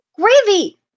gravy